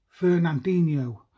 Fernandinho